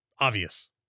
obvious